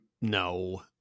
No